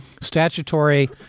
statutory